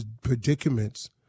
predicaments